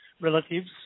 relatives